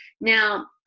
Now